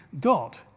God